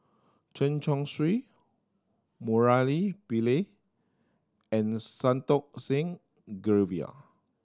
Chen Chong Swee Murali Pillai and Santokh Singh Grewal